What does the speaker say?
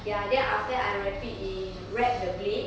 ya then after that I wrap it in wrap the blade